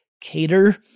cater